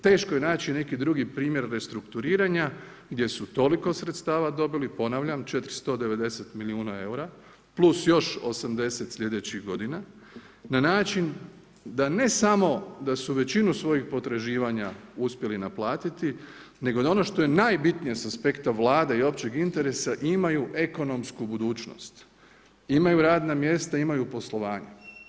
Teško je naći neki drugi primjer restrukturiranja gdje su toliko sredstva dobili, ponavljam 490 milijuna eura, plus još 80 slijedećih godina, na način da ne samo da su većinu svojih potraživanja uspjeli naplatiti, nego da ono što je najbitnije s aspekta Vlade i općeg interesa imaju ekonomski budućnost, imaju radna mjesta, imaju poslovanje.